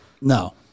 No